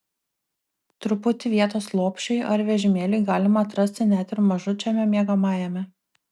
truputį vietos lopšiui ar vežimėliui galima atrasti net ir mažučiame miegamajame